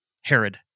Herod